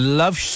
love